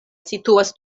situas